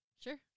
Sure